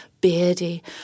beardy